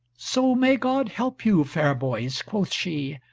so may god help you, fair boys, quoth she,